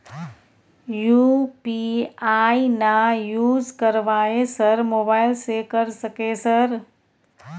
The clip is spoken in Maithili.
यु.पी.आई ना यूज करवाएं सर मोबाइल से कर सके सर?